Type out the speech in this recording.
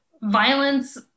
violence